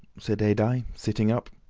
said adye, sitting up.